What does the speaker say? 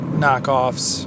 knockoffs